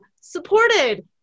supported